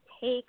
take